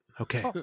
okay